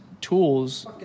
tools